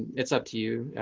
it's up to you.